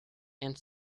and